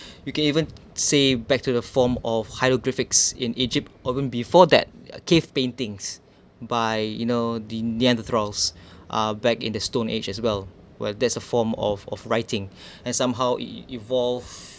you can even say back to the form of hieroglyphics in egypt or going before that uh cave paintings by you know the Neanderthals uh back in the stone age as well where there's a form of of writing and somehow it evolve